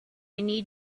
need